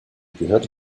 gehörte